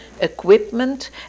equipment